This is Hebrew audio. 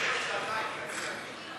סעיף תקציבי 08,